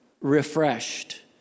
refreshed